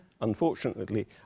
unfortunately